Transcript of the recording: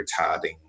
retarding